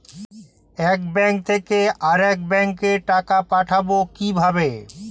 এক ব্যাংক থেকে আরেক ব্যাংকে টাকা পাঠাবো কিভাবে?